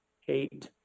hate